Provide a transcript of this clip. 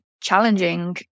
challenging